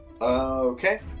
Okay